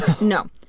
No